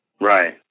Right